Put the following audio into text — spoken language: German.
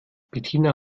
bettina